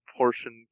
portion